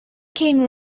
came